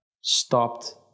stopped